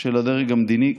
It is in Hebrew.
של הדרג המדיני,